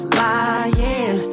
lying